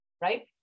right